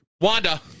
Wanda